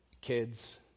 Kids